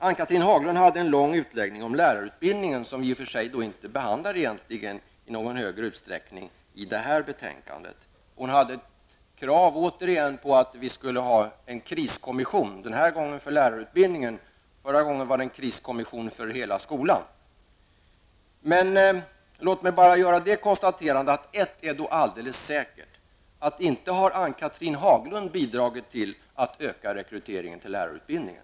Ann-Cathrine Haglund hade en lång utläggning om lärarutbildningen, som i och för sig inte behandlas i någon större utsträckning i föreliggande betänkande. Hon har återigen krav på en kriskommission -- den här gången för lärarutbildningen. Förra gången gällde det en kriskommission för hela skolan. Jag vill då bara konstatera att en sak är alldeles säker, och det är att Ann-Cathrine Haglund inte har bidragit till en ökad rekrytering beträffande lärarutbildningen.